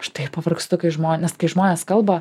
aš tai pavargstu kai žmonės kai žmonės kalba